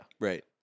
Right